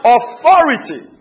authority